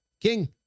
King